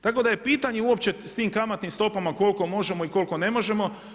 Tako da je pitanje uopće s tim kamatnim stopama koliko možemo i koliko ne možemo.